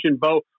Bo